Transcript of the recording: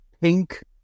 pink